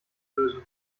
lösen